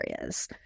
areas